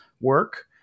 work